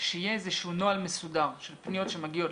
שיהיה איזה שהוא נוהל מסודר של פניות שמגיעות.